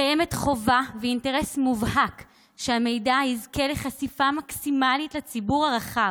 קיימת חובה ויש אינטרס מובהק שהמידע יזכה לחשיפה מקסימלית לציבור הרחב,